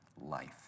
life